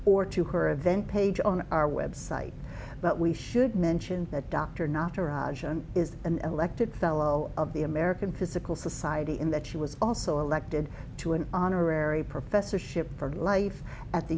or to her event page on our website but we should mention that dr knot is an elected fellow of the american physical society in that she was also elected to an honorary professorship for life at the